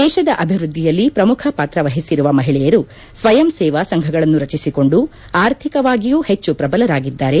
ದೇತದ ಅಭಿವೃದ್ಧಿಯಲ್ಲಿ ಪ್ರಮುಖ ಪಾತ್ರ ವಹಿಸಿರುವ ಮಹಿಳೆಯರು ಸ್ವಯಂ ಸೇವಾ ಸಂಘಗಳನ್ನು ರಚಿಸಿಕೊಂಡು ಆರ್ಥಿಕವಾಗಿಯೂ ಹೆಚ್ಚು ಪ್ರಬಲರಾಗಿದ್ದಾರೆ